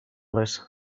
this